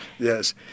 Yes